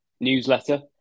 newsletter